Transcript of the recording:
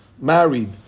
married